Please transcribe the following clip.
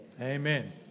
Amen